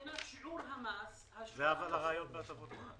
זה הרעיון בהטבות מס.